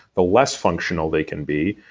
the less functional they can be.